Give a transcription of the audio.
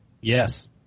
Yes